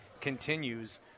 continues